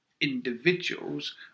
individuals